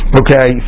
okay